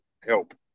help